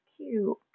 cute